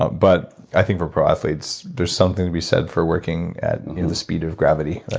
but i think for pro athletes, there's something to be said for working at the speed of gravity.